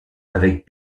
avec